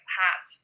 hat